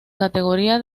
categoría